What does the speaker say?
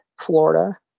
Florida